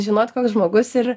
žinot koks žmogus ir